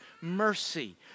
mercy